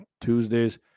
Tuesdays